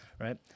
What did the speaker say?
right